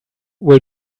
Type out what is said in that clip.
will